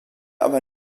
aber